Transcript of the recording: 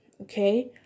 Okay